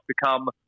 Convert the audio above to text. become